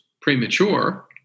premature